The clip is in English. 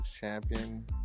champion